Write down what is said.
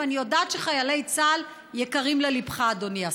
ואני יודעת שחיילי צה"ל יקרים ללבך, אדוני השר.